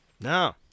No